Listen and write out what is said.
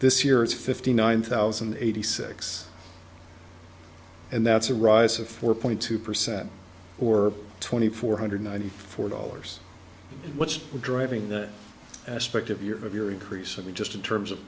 this year it's fifty nine thousand eighty six and that's a rise of four point two percent or twenty four hundred ninety four dollars what's driving that aspect of your of your increase in the just in terms of